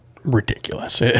ridiculous